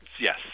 yes